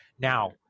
Now